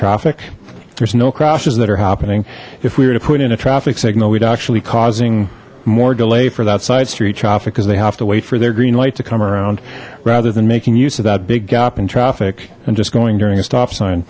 traffic there's no crashes that are happening if we were to put in a traffic signal we'd actually causing more delay for that side street traffic because they have to wait for their green light to come around rather than making use of that big gap in traffic and just going during a stop sign